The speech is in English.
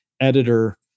editor